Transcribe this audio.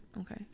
Okay